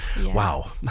Wow